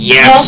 Yes